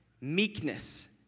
meekness